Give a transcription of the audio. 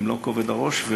במלוא כובד הראש,